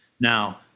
Now